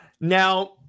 Now